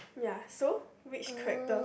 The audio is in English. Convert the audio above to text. ya so which character